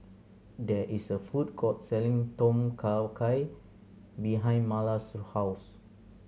there is a food court selling Tom Kha Gai behind Marla's house